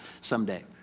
someday